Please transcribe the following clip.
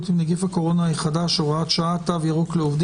עם נגיף הקורונה החדש (הוראת שעה) (הגבלת פעילות של